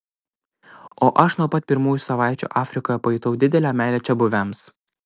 o aš nuo pat pirmųjų savaičių afrikoje pajutau didelę meilę čiabuviams